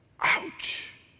Ouch